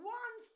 one